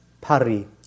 pari